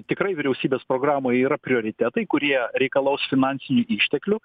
tikrai vyriausybės programoj yra prioritetai kurie reikalaus finansinių išteklių